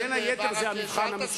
זה המבחן המספרי.